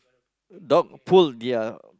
dog pull ya